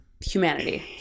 humanity